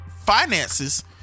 finances